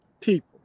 people